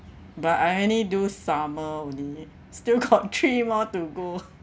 but I only do summer only still got three more to go